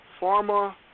Pharma